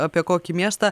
apie kokį miestą